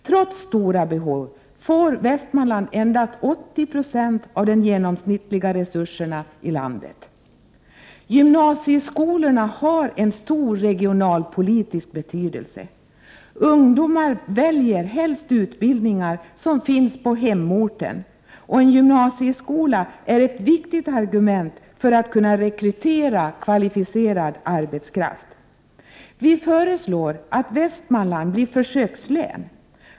Trots stora behov får Västmanland endast 80 26 av de genomsnittliga resurserna i landet. Gymnasieskolorna har stor regionalpolitisk betydelse. Ungdomar väljer helst utbildningar som finns på hemorten, och en gymnasieskola är ett viktigt argument för att kvalificerad arbetskraft skall kunna rekryteras. Vi föreslår att Västmanland blir försökslän.